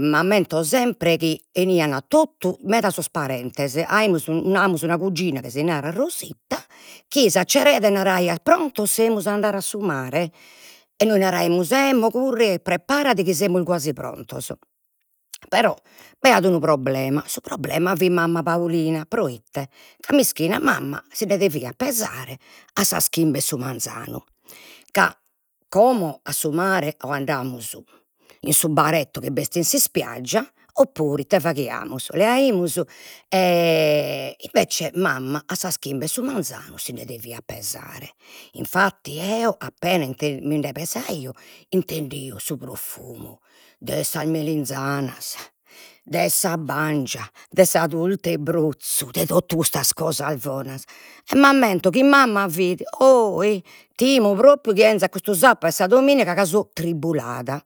m'ammento sempre chi 'enian totu meda sos parentes, aimus, namus una cugina chi si narat Rosita chi s'acceraiat e naraiat, prontos semus a andare a su mare, e nois naraimus, emmo, curre e preparadi chi semus guasi prontos, però b'aiat unu problema, su problema fit mamma Paulina, proite, ca mischina mamma sinde deviat pesare a sas chimbe 'e su manzanu, ca como a su mare o andamus in su baretto chi b'est un s'ispiaggia oppuru, ite faghiamus, leaimus invece mamma a sas chimbe 'e su manzanu sinde deviat pesare, infatti eo appena minde pesaio, intendio su profumu de sas melinzanas, de sa bangia, de sa turta 'e brozu, de totu custas cosas bonas, e m'ammento chi mamma fit, ohi timo propriou chi 'enzat custu sapadu e sa dominiga ca so tribulada